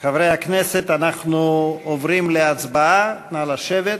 חברי הכנסת, אנחנו עוברים להצבעה, נא לשבת.